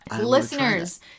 listeners